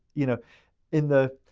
you know in the,